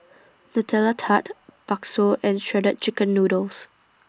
Nutella Tart Bakso and Shredded Chicken Noodles